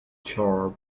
sharp